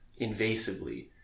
invasively